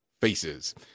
faces